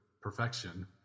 perfection